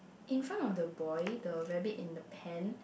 in front of the boy the rabbit in the pan